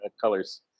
colors